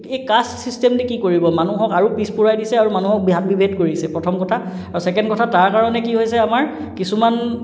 এই caste system কি কৰিব মানুহক আৰু পিছ পৰাই দিছে আৰু মানুহক ধ্যান বিভেদ কৰিছে প্ৰথম কথা আৰু ছেকেণ্ড কথা তাৰ কাৰণে কি হৈছে আমাৰ কিছুমান